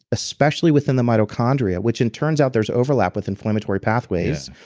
especially within the mitochondria, which and turns out there is overlap with inflammatory pathways,